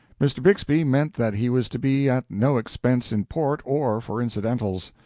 mr. bixby meant that he was to be at no expense in port or for incidentals.